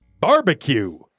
barbecue